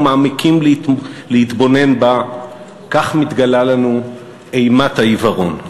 מעמיקים להתבונן בה כך מתגלה לנו אימת העיוורון.